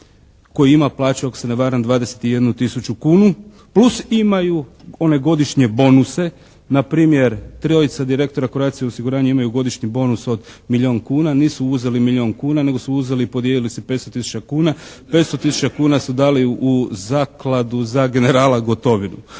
koji ima plaću, ako se ne varam, 21 tisuću kunu, plus imaju one godišnje bonuse. Npr., trojica direktora Croatia osiguranja imaju godišnji bonus od milijun kuna. Nisu uzeli milijun kuna nego su uzeli i podijelili si 500 tisuća kuna. 500 tisuća kuna su dali u Zakladu za generala Gotovinu.